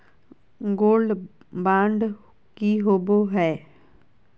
Gold bond की होबो है?